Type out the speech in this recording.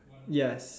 yes